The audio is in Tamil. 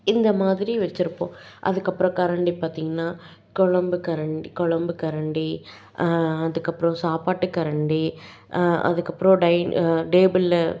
இந்த மாதிரி வெச்சுருப்போம் அதுக்கப்புறம் கரண்டி பார்த்தீங்கன்னா கொழம்பு கரண்டி கொழம்பு கரண்டி அதுக்கப்புறம் சாப்பாட்டு கரண்டி அதுக்கப்புறம் டை டேபிளில்